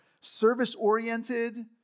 service-oriented